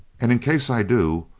and in case i do,